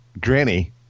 Granny